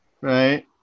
Right